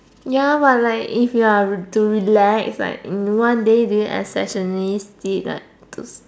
ya but like if you are to relax like in one day do you especially see like